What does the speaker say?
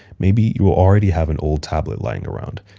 maybe you already have an old tablet lying around.